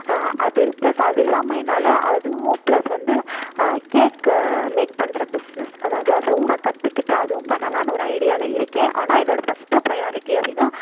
அது ப்ளஸ் அது இல்லாமல் என்னால் அதுவும் ப்ளஸ் வந்து கேக்கு மேக் பண்ணுற பிஸ்னஸ் அதாவது அதுவும் நான் கற்றுக்கிட்டு அதுவும் பண்ணலாம்னு ஒரு ஐடியாவில் இருக்கேன் ஆனால் என்னோட ஃபஸ்ட்டு ப்ரையாரிட்டி அப்படினா